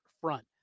front